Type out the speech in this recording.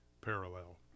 Parallel